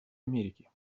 америки